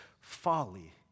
folly